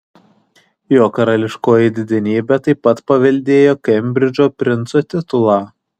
jo karališkoji didenybė taip pat paveldėjo kembridžo princo titulą